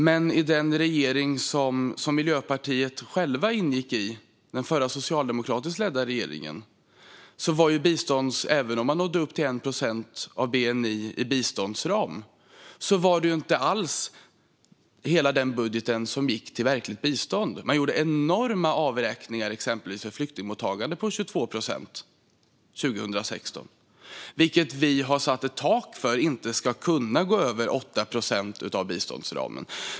Men även om man i den regering Miljöpartiet ingick i, alltså den förra socialdemokratiskt ledda regeringen, nådde upp till 1 procent av bni i biståndsram gick långt ifrån allt till verkligt bistånd. Man gjorde enorma avräkningar, exempelvis på 22 procent för flyktingmottagande 2016. Detta har vi satt ett tak på så att det inte kan bli mer än 8 procent av biståndsramen.